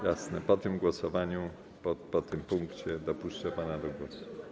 Jasne, po tym głosowaniu, po tym punkcie dopuszczę pana do głosu.